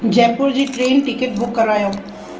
जयपुर जी train ticket book करियो